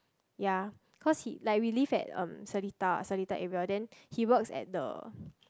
ya cause he like we live at um Seletar Seletar area then he works at the